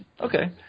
okay